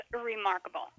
remarkable